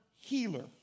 healer